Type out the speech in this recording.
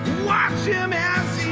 watch him as